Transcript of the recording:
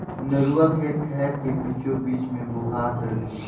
नरूवा खेत खायर के बीचों बीच मे बोहात रथे